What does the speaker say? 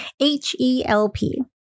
H-E-L-P